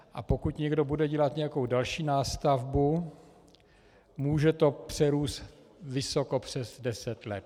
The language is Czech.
A pokud někdo bude dělat nějakou další nástavbu, může to přerůst vysoko přes deset let.